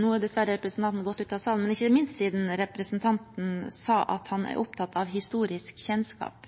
Nå er dessverre representanten gått ut av salen, men ikke minst siden representanten sa han er opptatt av historisk kjennskap: